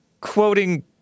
quoting